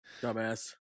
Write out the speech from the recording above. Dumbass